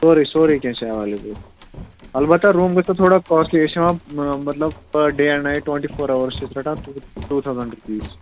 سورُے سورُے کینٛہہ چھُ ایویلیبٕل اَلبتہ روٗم گژھو تھوڑا کاسٹلی أسۍ چھِ ہیٚوان مطلب پٔر day and night twenty four hours چھِ أسۍ رَٹان ٹوٗ تھاوزَنڈ رُپیٖز